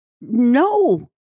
no